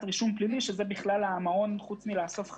רישום פלילי שלא דורשת שום דבר מהמעון למעט איסוף חתימות.